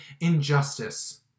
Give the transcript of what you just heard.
injustice